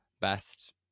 best